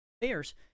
Bears